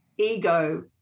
Ego